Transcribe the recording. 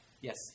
Yes